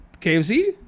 KFC